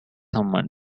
someone